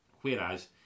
whereas